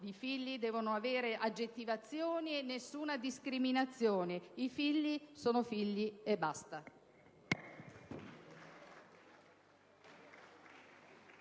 i figli non devono avere aggettivazioni e nessuna discriminazione. I figli sono figli e basta.